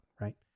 right